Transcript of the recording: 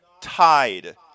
tied